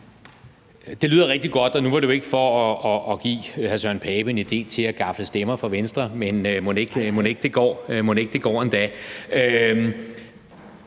Det lyder rigtig godt, og nu var det jo ikke for at give hr. Søren Pape Poulsen en idé til at gafle stemmer fra Venstre, men mon ikke det går endda.